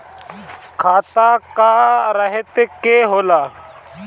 खाता क तरह के होला?